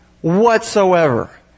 whatsoever